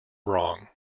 wrong